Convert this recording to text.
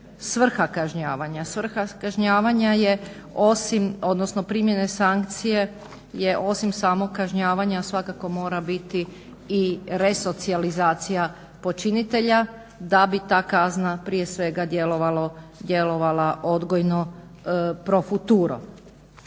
svrha kažnjavanja. Svrha kažnjavanja je osim, odnosno primjene sankcije je osim samog kažnjavanja, svakako mora biti i resocijalizacija počinitelja da bi ta kazna prije svega djelovala odgojno, pro futuro.